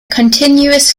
continuous